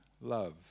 love